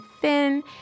thin